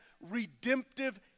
redemptive